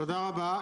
תודה רבה.